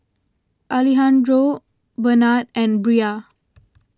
Alejandro Benard and Bria